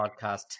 podcast